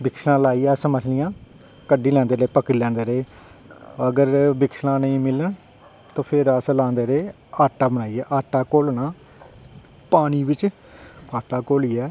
बिकसलां लाइयै अश मछलियां कड्ढी लैंदे ते पकड़ी लैंदे रेह् अगर बिकसलां नेईं मिलन ते फिर अस लांदे रेह् आटा मलाइयै आटा घोलना पानी बिच आटा घोल्लियै